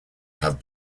have